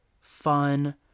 fun